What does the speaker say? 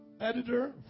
editor